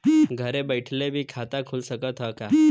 घरे बइठले भी खाता खुल सकत ह का?